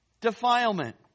defilement